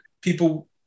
people